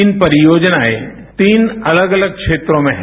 तीन परियोजनाएं तीन अलग अलग क्षेत्रों में हैं